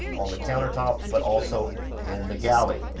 on the countertops but also in the galley.